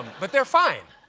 but they're fine.